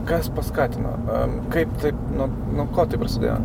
kas paskatino kaip taip nu nu ko tai prasidėjo